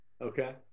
Okay